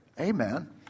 Amen